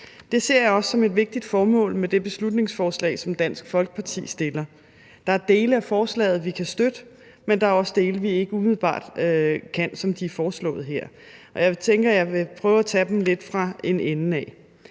Det ser jeg også som et vigtigt formål med det beslutningsforslag, som Dansk Folkeparti fremsætter. Der er dele af forslaget, vi kan støtte, men der er også dele, vi ikke umiddelbart kan, som de er foreslået her. Jeg tænker, at jeg vil prøve at tage dem lidt fra en ende af.